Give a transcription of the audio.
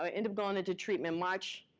i ended up going into treatment march,